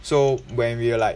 so when we're like